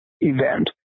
event